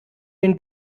den